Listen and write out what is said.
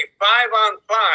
five-on-five